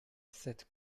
cette